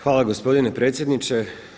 Hvala gospodine predsjedniče.